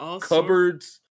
cupboards